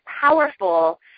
powerful